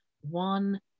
one